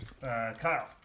kyle